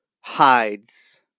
hides